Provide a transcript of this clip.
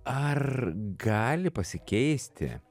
ar gali pasikeisti